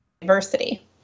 diversity